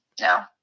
no